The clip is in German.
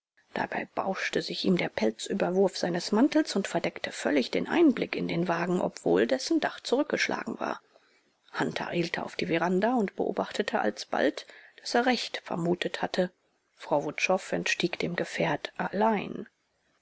dabei bauschte sich ihm der pelzüberwurf seines mantels und verdeckte völlig den einblick in den wagen obwohl dessen dach zurückgeschlagen war hunter eilte auf die veranda und beobachtete alsbald daß er recht vermutet hatte frau wutschow entstieg dem gefährt allein